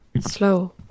Slow